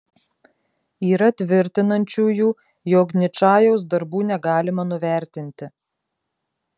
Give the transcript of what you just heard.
yra tvirtinančiųjų jog ničajaus darbų negalima nuvertinti